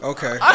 Okay